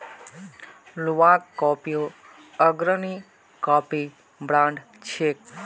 Luwak कॉफियो अग्रणी coffee brand छिके